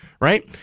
right